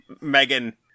Megan